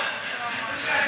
בבקשה,